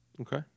Okay